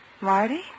Marty